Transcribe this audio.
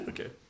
Okay